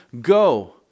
go